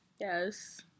Yes